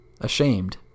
ashamed